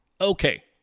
Okay